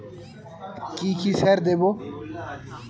কি কি সার দেবো?